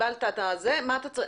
קיבלת את זה, מה אתה צריך?